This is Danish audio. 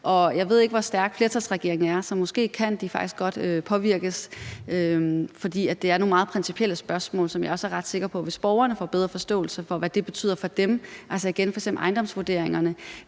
jeg ved ikke, hvor stærk flertalsregeringen er, så måske kan de faktisk godt påvirkes. For det er nogle meget principielle spørgsmål, og jeg er også ret sikker på, det vil være godt, hvis borgerne får en bedre forståelse for, hvad det betyder for dem. Altså, vi kan igen tage et eksempel som ejendomsvurderingerne.